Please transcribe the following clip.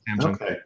Okay